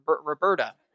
Roberta